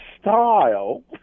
style